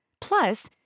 Plus